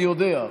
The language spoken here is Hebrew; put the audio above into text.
אני יודע,